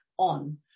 On